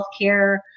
healthcare